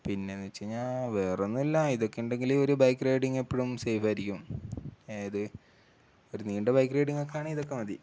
പിന്നെ എന്നുവച്ചുകഴിഞ്ഞാല് വേറെയൊന്നും ഇല്ല ഇതൊക്കെ ഉണ്ടെങ്കില് ഒരു ബൈക്ക് റൈഡിങ് എപ്പോഴും സെയ്ഫായിരിക്കും അതായത് ഒരു നീണ്ട ബൈക്ക് റൈഡിങ്ങൊക്കെയാണെങ്കില് ഇതൊക്കെ മതി